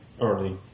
early